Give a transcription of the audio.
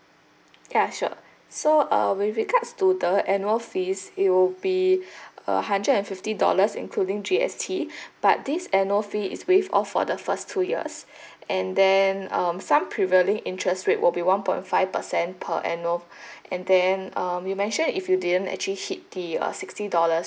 ya sure so uh with regards to the annual fees it will be uh hundred and fifty dollars including G_S_T but this annual fee is waive off for the first two years and then um some prevailing interest rate will be one point five percent per annual and then um you mentioned if you didn't actually hit the uh sixty dollars